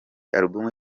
album